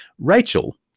Rachel